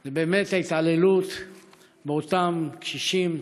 זה באמת ההתעללות באותם קשישים,